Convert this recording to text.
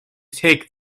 take